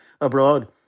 abroad